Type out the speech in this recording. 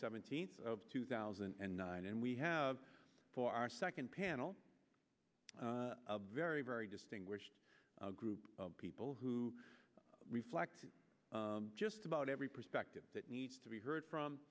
seventeenth of two thousand and nine and we have for our second panel very very distinguished group of people who reflect just about every perspective that needs to be heard from